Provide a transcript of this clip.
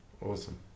Awesome